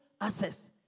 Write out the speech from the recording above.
access